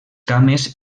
cames